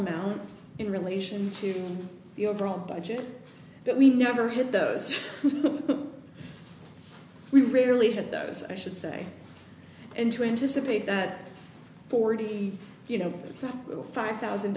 amount in relation to the overall budget but we never had those we rarely had those i should say and to anticipate that forty you know five thousand